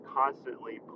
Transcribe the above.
constantly